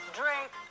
drink